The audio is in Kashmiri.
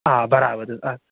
آ بَرابر حظ آ